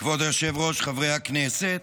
כבוד היושב-ראש, חברי הכנסת,